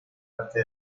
parte